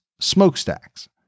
smokestacks